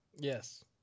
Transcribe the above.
yes